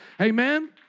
Amen